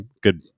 good